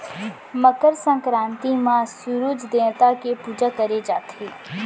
मकर संकरांति म सूरूज देवता के पूजा करे जाथे